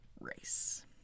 race